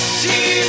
see